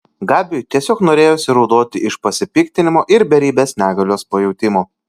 gabiui tiesiog norėjosi raudoti iš pasipiktinimo ir beribės negalios pajautimo